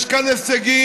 יש כאן הישגים,